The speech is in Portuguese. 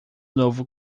novo